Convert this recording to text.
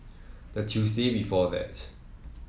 the Tuesday before that